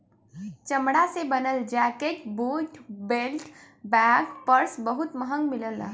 चमड़ा से बनल jacket, boot, belt, bag, purse बहुत महंग मिलला